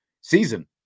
season